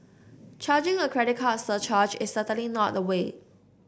charging a credit card surcharge is certainly not the way